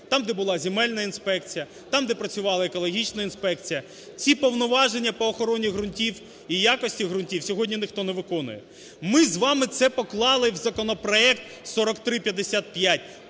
там, де була земельна інспекція, там, де працювала екологічна інспекція. Ці повноваження по охороні ґрунтів і якості ґрунтів сьогодні ніхто не виконує. Ми з вами це поклали в законопроект 4355,